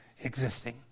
existing